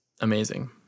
amazing